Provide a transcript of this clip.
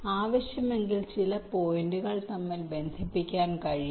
ആവശ്യമെങ്കിൽ ചില പോയിന്റുകൾ തമ്മിൽ ബന്ധിപ്പിക്കാൻ കഴിയും